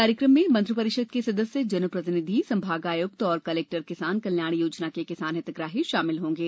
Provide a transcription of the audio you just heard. कार्यक्रम में मंत्रि परिषद के सदस्य जन प्रतिनिधि संभागायुक्त और कलेक्टर किसान कल्याण योजना के किसान हितग्राही शामिल होंगे